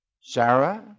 Sarah